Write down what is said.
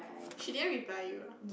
she didn't reply you ah